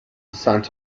assigned